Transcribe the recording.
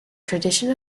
tradition